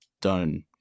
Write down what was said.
done